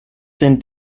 sind